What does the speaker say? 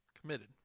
Committed